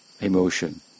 emotion